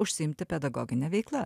užsiimti pedagogine veikla